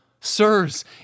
Sirs